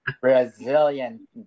Brazilian